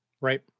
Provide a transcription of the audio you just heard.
Right